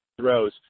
throws